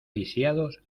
lisiados